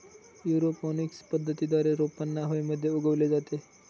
aeroponics पद्धतीद्वारे रोपांना हवेमध्ये उगवले जाते